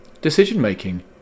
Decision-making